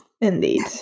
Indeed